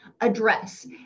address